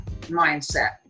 mindset